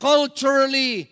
culturally